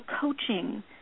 coaching